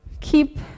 Keep